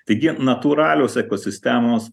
taigi natūralios ekosistemos